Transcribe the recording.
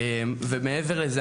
מעבר לזה,